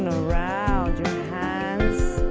around your hands